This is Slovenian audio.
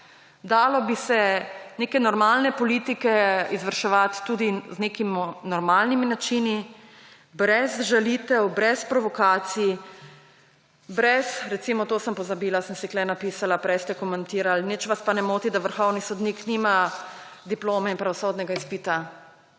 dalo bi se neke normalne politike izvrševati tudi z nekimi normalnimi načini brez žalitev, brez provokacij. Recimo to sem pozabila, sem si tukaj napisala, prej ste komentirali – nič vas pa ne moti, da vrhovni sodnik nima diplome in pravosodnega izpita.